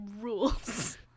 rules